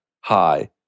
Hi